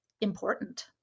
important